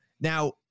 Now